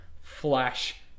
Flash